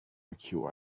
barbecue